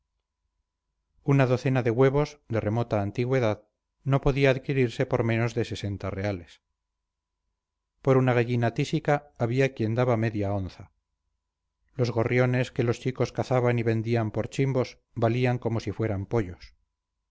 una docena de huevos de remota antigüedad no podía adquirirse por menos de sesenta reales por una gallina tísica había quien daba media onza los gorriones que los chicos cazaban y vendían por chimbos valían como si fueran pollos